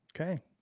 Okay